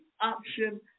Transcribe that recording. option